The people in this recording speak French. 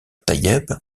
taïeb